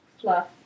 fluff